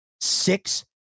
six